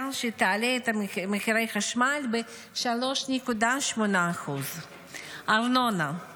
הודיעה שתעלה את מחירי החשמל ב-3.8%; ארנונה,